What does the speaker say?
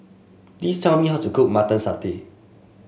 please tell me how to cook Mutton Satay